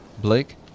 Blake